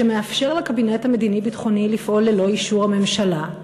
שמאפשר לקבינט המדיני-ביטחוני לפעול ללא אישור הממשלה?